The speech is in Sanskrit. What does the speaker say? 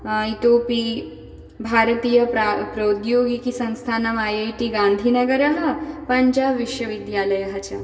इतोऽपि भारतीयप्रा प्रौद्योगिकीसंस्थानम् ऐ ऐ टि गान्धिनगरः पञ्जाब्विश्वविद्यालयः च